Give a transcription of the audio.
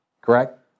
Correct